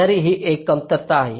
तर ही एक कमतरता आहे